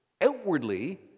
Outwardly